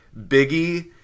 Biggie